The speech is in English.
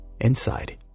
inside